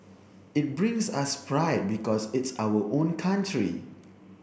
it brings us pride because it's our own country